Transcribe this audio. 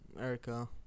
Erica